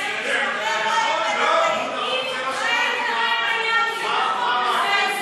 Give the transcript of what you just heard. אם היה מישהו אחר, לא היו,